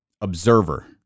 observer